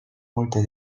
multe